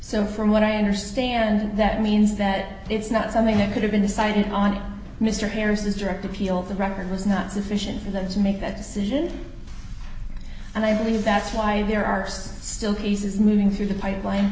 so from what i understand that means that it's not something that could have been decided on mr harris his direct appeal of the record was not sufficient for them to make that decision and i believe that's why there are still pieces moving through the pipeline